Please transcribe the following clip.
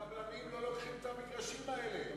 אבל הקבלנים לא לוקחים את המגרשים האלה,